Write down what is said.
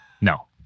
No